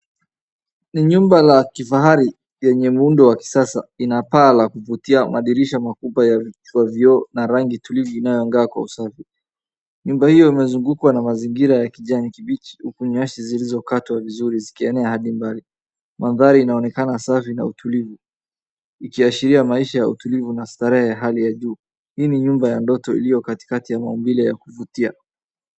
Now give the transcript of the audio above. Ni nyumba la kifahari yenye muundo wa kisasa ina paa la kuvutia, madirisha makubwa ya vioo na rangi tulivu inayong'aa kwa usafi. Nyumba hiyo imezungukwa na mazingira ya kijani kibichi uku nyasi zilizokatwa vizuri zikienea hadi mbali. Mandhari inaonekana safi na ya utulivu ikiashiria maisha ya utulivu na starehe ya hali ya juu. Hii ni nyumba ya ndoto iliyo katikati ya maumbile ya kuvutia.